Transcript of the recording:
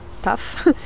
tough